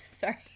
Sorry